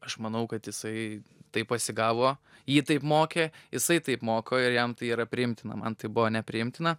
aš manau kad jisai tai pasigavo jį taip mokė jisai taip moko ir jam tai yra priimtina man tai buvo nepriimtina